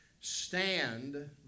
Stand